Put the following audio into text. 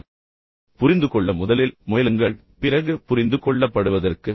புரிந்துகொள்ள புரிந்துகொள்ள முதலில் முயலுங்கள் பிறகு புரிந்து கொள்ளப்படுவதற்கு